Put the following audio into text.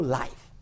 life